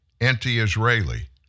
anti-Israeli